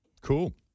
Cool